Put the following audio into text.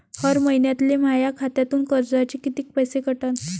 हर महिन्याले माह्या खात्यातून कर्जाचे कितीक पैसे कटन?